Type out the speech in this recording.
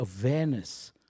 awareness